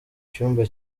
cyumba